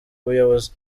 ubuyobozi